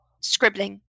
scribbling